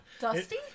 dusty